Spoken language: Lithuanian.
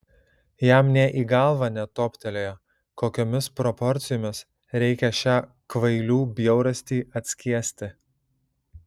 jam nė į galvą netoptelėjo kokiomis proporcijomis reikia šią kvailių bjaurastį atskiesti